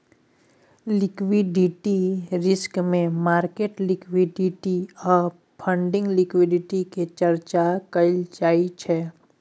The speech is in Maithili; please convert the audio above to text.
लिक्विडिटी रिस्क मे मार्केट लिक्विडिटी आ फंडिंग लिक्विडिटी के चर्चा कएल जाइ छै